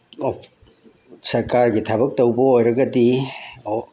ꯁꯔꯀꯥꯔꯒꯤ ꯊꯕꯛ ꯇꯧꯕ ꯑꯣꯏꯔꯒꯗꯤ